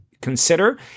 consider